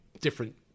different